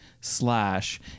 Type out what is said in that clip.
slash